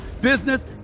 business